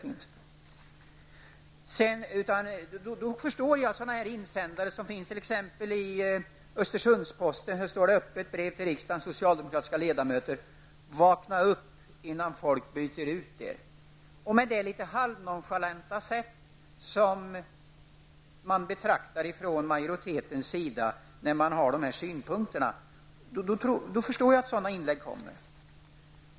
Jag förstår de insändare som förekommer. I t.ex. Östersundsposten står det i ett öppet brev till riksdagens socialdemokratiska ledamöter: Vakna upp innan folk byter ut er! Med det litet halvnonchalanta sätt som majoriteten betraktar dessa synpunkter förstår jag att sådana inlägg kommer.